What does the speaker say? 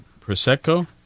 Prosecco